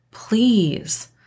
Please